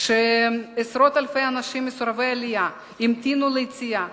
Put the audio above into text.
כשעשרות אלפי אנשים מסורבי עלייה המתינו ליציאה,